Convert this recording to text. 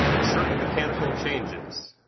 certain mechanical changes,